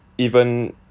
even